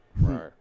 Right